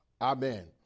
Amen